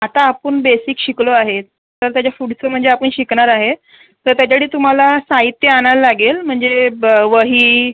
आता आपण बेसिक शिकलो आहे तर त्याच्या पुढचं म्हणजे आपण शिकणार आहे तर त्याच्यासाठी तुम्हाला साहित्य आणायला लागेल म्हणजे ब वही